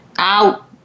Out